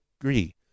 agree